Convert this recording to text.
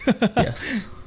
Yes